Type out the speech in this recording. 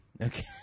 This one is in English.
Okay